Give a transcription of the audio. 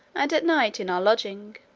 and at night in our lodging.